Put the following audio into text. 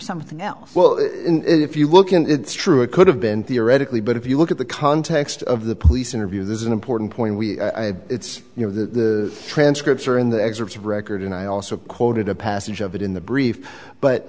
something else well if you look and it's true it could have been theoretically but if you look at the context of the police interview this is an important point it's you know the transcripts are in the excerpts of record and i also quoted a passage of it in the brief but